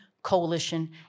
coalition